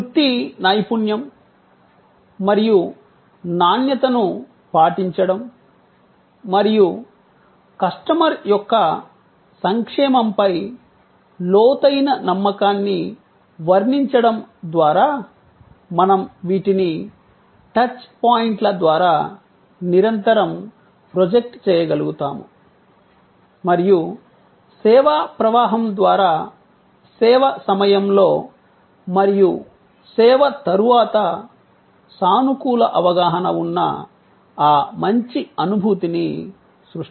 వృత్తి నైపుణ్యం మరియు నాణ్యతను పాటించడం మరియు కస్టమర్ యొక్క సంక్షేమంపై లోతైన నమ్మకాన్ని వర్ణించడం ద్వారా మనం వీటిని టచ్ పాయింట్ల ద్వారా నిరంతరం ప్రొజెక్ట్ చేయగలుగుతాము మరియు సేవా ప్రవాహం ద్వారా సేవ సమయంలో మరియు సేవ తరువాత సానుకూల అవగాహన ఉన్న ఆ మంచి అనుభూతిని సృష్టించగలుగుతాము